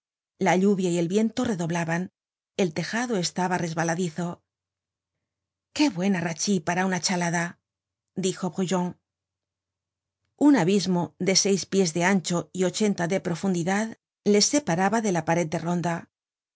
la lluvia y el viento redoblaban el tejado estaba resbaladizo que buena rachi para una chalada dijo brujon un abismo de seis pies de ancho y ochenta de profundidad les separaba de la pared de ronda